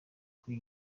kuri